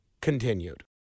continued